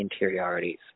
interiorities